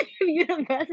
University